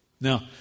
Now